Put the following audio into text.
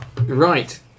Right